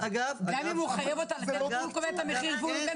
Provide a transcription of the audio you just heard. כאן, לוקחת כסף מבית חולים ומעבירה אותו.